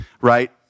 right